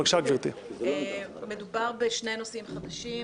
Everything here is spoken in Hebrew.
גברתי היושבת-ראש, נא להציג את הנושאים החדשים,